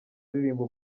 aririmba